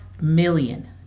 million